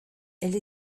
elle